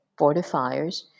fortifiers